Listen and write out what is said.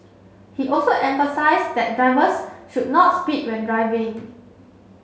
he also emphasised that drivers should not speed when driving